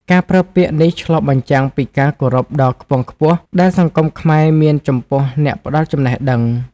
ការប្រើពាក្យនេះឆ្លុះបញ្ចាំងពីការគោរពដ៏ខ្ពង់ខ្ពស់ដែលសង្គមខ្មែរមានចំពោះអ្នកផ្ដល់ចំណេះដឹង។